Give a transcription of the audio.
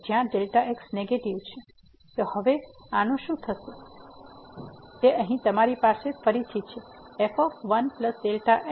તેથી આ કિસ્સામાં લીમીટ Δ x → 0 Δ x પોઝીટીવ છે અહીં 1 Δ x ફરીથી 3x 2 થી ગણતરી કરવામાં આવશે જે આપણે હમણાં પહેલા કર્યું છે